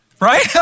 right